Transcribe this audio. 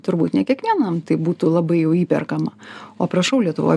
turbūt ne kiekvienam tai būtų labai jau įperkama o prašau lietuvoj